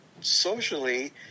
socially